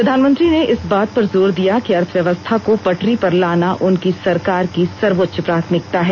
प्रधानमंत्री ने इस बात पर जोर दिया कि अर्थव्यवस्था को पटरी पर लाना उनकी सरकार की सर्वोच्च प्राथमिकता है